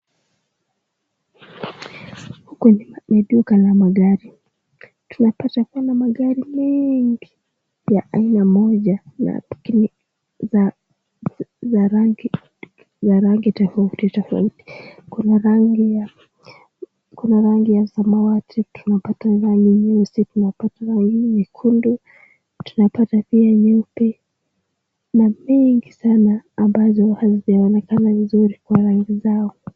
Huku ni duka la magari. Tunapata kwamba magari meengi ya aina moja za rangi tofauti tofauti. Kuna rangi ya samawati, tunapata rangi nyeusi, tunapata rangi nyekundu, tunapata pia nyeupe na meengi sana ambazo hazijaonekana vizuri kwa rangi zao.